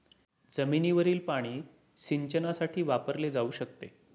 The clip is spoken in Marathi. जमिनीवरील पाणी सिंचनासाठी वापरले जाऊ शकते